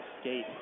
skate